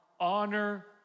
Honor